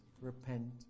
repent